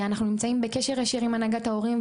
אנחנו נמצאים בקשר ישיר עם הנהגת ההורים,